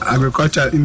Agriculture